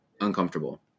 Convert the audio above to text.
uncomfortable